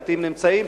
הבתים נמצאים,